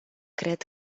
cred